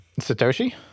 Satoshi